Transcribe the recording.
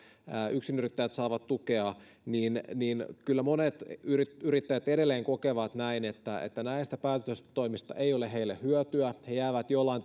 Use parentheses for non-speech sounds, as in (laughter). yksinyrittäjät saavat tukea niin kyllä monet yrittäjät yrittäjät edelleen kokevat että että näistä päätöstoimista ei ole heille hyötyä he jäävät jollain (unintelligible)